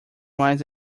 was